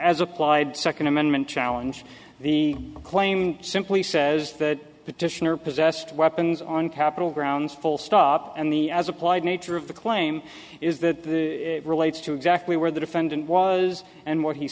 as applied second amendment challenge the claim simply says that petitioner possessed weapons on capitol grounds full stop and the as applied nature of the claim is that relates to exactly where the defendant was and what he